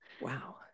Wow